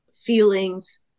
feelings